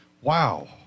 Wow